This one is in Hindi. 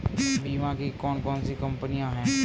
बीमा की कौन कौन सी कंपनियाँ हैं?